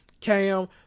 Cam